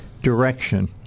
Direction